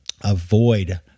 avoid